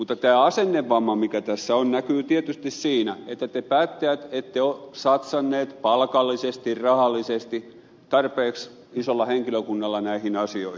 mutta tämä asennevamma mikä tässä on näkyy tietysti siinä että te päättäjät ette ole satsanneet palkallisesti rahallisesti tarpeeksi isolla henkilökunnalla näihin asioihin